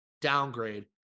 downgrade